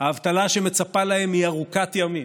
האבטלה שמצפה להם היא ארוכת ימים.